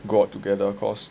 go out together cause